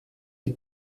die